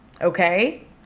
Okay